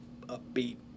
upbeat